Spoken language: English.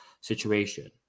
situation